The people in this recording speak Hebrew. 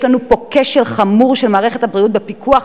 יש לנו פה כשל חמור של מערכת הבריאות בפיקוח,